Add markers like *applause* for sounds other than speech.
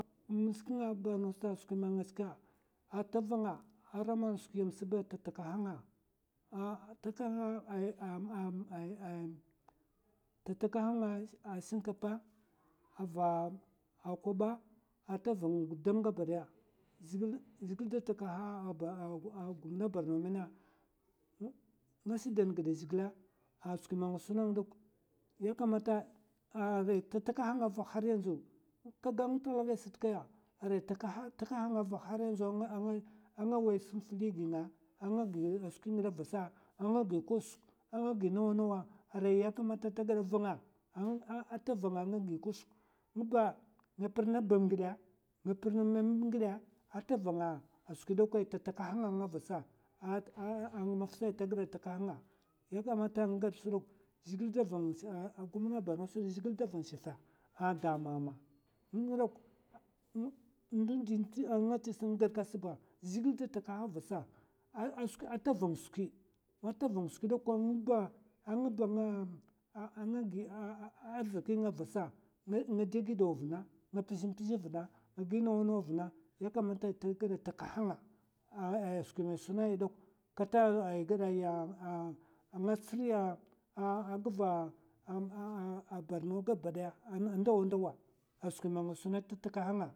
In shik nga ba, ngasa skwi ma nga tska. ata vanga ara skwi yam sba ta takaha'nga *hesitation* ta takaha'nga va shinkapa, ava koba ata van ng gudamnga gabadaya. zhègil da takaha guman borno mèna. nga shidan gida zhègila a skwi man nga suna ngdok yakamata arai ta takaha'nga va haryanzu kaga nt haryanzu, arai a takaha'nga va haryanzu, a nga wai sam fili gi nga, a nga gi skwi gida vasa, a nga gi kwasuk a nga gi nawa nawa, arai yakamta ta gada vanga ata vanga nga gi kosuk, ngba nga pir na bam gida, nga pir na mèmè'ngida, ata vanga skwi dakwa ai ta takahanga vasa, ai ng maf ta gada takaha'nga è gad man ta gwats sdok a gumna ba zhègil da van shèfa a ndamama *hesitation* ng gadka sba zhègil da vasa ata vang skwi. man ta vang skwi dakwa ngba a ngba nga *hesitation* arzaki nga vasa. nga dè gidaw vna, nga mpzè mpzè vna, nga gi nawa nawa vna, ya kamata ai ta gada takaha'nga ay skwi man i sunyi dok, kata ya gada ya. ng tsiriya ah a gva borno gabadaya, a ndawa ndawa a skwi man nga suna ta takaha'nga.